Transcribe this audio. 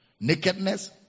Nakedness